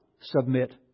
submit